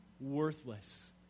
worthless